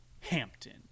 Hampton